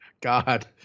God